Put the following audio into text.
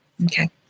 Okay